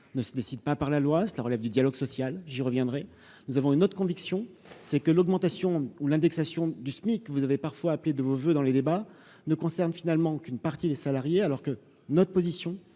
ne se décide pas par la loi, cela relève du dialogue social, j'y reviendrai, nous avons eu notre conviction, c'est que l'augmentation ou l'indexation du SMIC vous avez parfois appelez de vos voeux dans les débats ne concernent finalement qu'une partie des salariés alors que notre position